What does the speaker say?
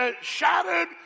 Shattered